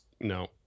no